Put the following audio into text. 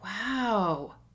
Wow